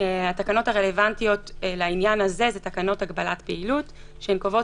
התקנות הרלוונטיות לעניין הזה הן תקנות הגבלת פעילות שקובעות